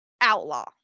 Outlaw